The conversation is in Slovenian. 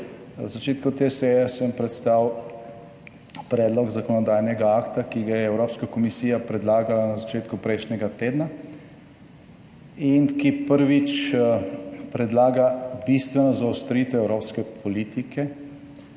Na začetku te seje sem predstavil predlog zakonodajnega akta, ki ga je Evropska komisija predlagala na začetku prejšnjega tedna, in ki prvič predlaga bistveno zaostritev evropske politike,